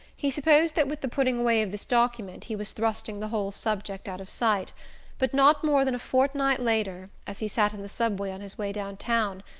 he supposed that with the putting away of this document he was thrusting the whole subject out of sight but not more than a fortnight later, as he sat in the subway on his way down-town,